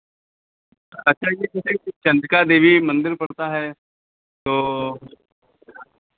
अच्छा ये कहिए कि चंद्रिका देवी मंदिर पड़ता है तो